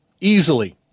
easily